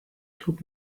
took